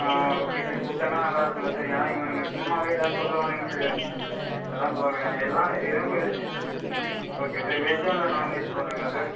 ஆ okay sir ஃபுட்டெல்லாம் நல்லாருக்கும் இருக்கும் இல்லை சார் ஏன்னால் இவனுங்க சும்மாவே எதாவது சொல்லுவானுங்க சார் அதுதான் பார்க்குறேங்க எல்லாம் எதுவும் ஓகே சார் வெஜ்ஜா இல்லை நான்வெஜ் போடுவீங்களா சார்